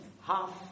half